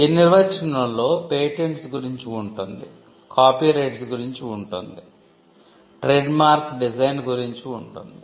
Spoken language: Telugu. ఈ నిర్వచనంలో పేటెంట్స్ గురించి ఉంటుంది కాపీరైట్స్ గురించి ఉంటుంది ట్రేడ్మార్క్ డిజైన్ గురించి ఉంటుంది